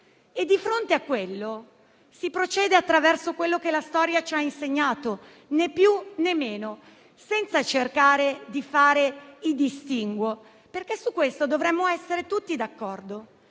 Di fronte a tutto questo si procede attraverso quello che la storia ci ha insegnato, né più, né meno, senza cercare di fare distinguo. Dovremmo essere tutti d'accordo